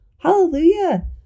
hallelujah